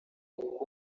kuko